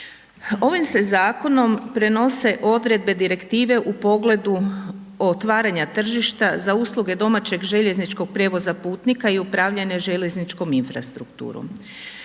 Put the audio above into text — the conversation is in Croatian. Ovim se zakonom, prenose odredbe direktive u pogledu o otvaranju tržišta, za usluge domaćeg željezničkog prijevoza putnika i upravljanje željezničkom infrastrukturom.